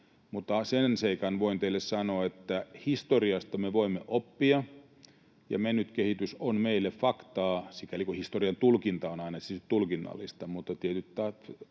mutta sen seikan voin teille sanoa, että historiasta me voimme oppia ja mennyt kehitys on meille faktaa sikäli kuin historiantulkinta on aina tietysti tulkinnallista mutta tietyt